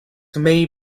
may